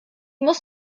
muss